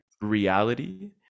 reality